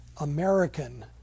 American